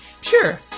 Sure